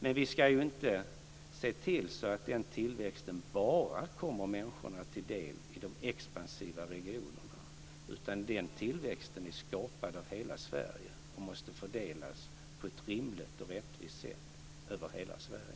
Men vi ska ju se till att den tillväxten inte bara kommer människor till del i de expansiva regionerna, utan den tillväxten är skapad av hela Sverige och måste fördelas på ett rimligt och rättvist sätt över hela Sverige.